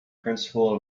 principle